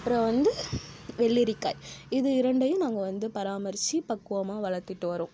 அப்புறம் வந்து வெல்லேரிக்காய் இது இரண்டையும் நாங்கள் வந்து பராமரிச்சு பக்குவமாக வளர்துட்டு வறோம்